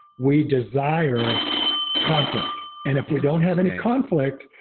we desire conflict and if we don't have any conflict,